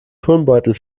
turnbeutel